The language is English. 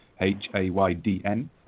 H-A-Y-D-N